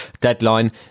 deadline